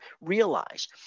realize